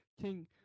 King